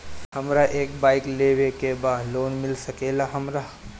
हमरा एक बाइक लेवे के बा लोन मिल सकेला हमरा?